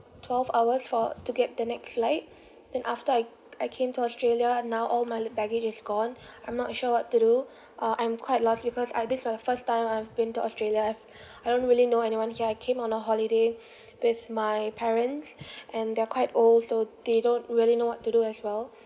twelve hours for to get the next flight then after I I came to australia and now all my l~ baggage is gone I'm not sure what to do uh I'm quite lost because I this is my first time I've been to australia I've I don't really know anyone here I came on a holiday with my parents and they're quite old so they don't really know what to do as well